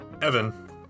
Evan